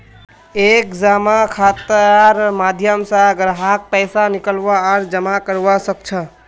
एक जमा खातार माध्यम स ग्राहक पैसा निकलवा आर जमा करवा सख छ